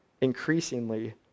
increasingly